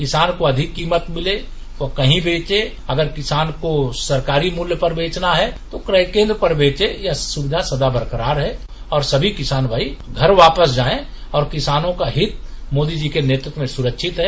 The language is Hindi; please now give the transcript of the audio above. किसान को अधिक कीमत मिले और कहीं बेचे अगर किसान को सरकारी मूल्य पर बेचना है तो क्रय केन्द्र में बेचे यह सुविधा सदा बरकरार है और सभी किसान भाई घर वापस जाये और किसानों का हित मोदी जी के नेतृत्व में सुरक्षित है